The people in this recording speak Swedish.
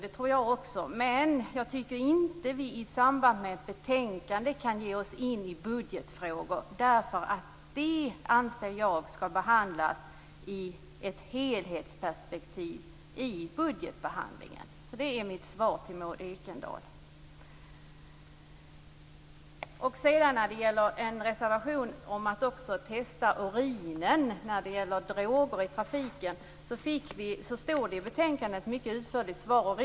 Jag tycker dock inte att vi i ett betänkande kan gå in på budgetfrågor. Jag anser att sådana skall behandlas i ett helhetsperspektiv i budgetbehandlingen. Det är mitt svar till Maud Ekendahl. Det har avgivits en reservation med krav på möjlighet att också testa urinen vid undersökning om droger i trafiken. I betänkandet finns en mycket utförlig skrivning om detta.